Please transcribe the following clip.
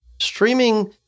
Streaming